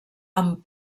amb